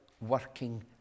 working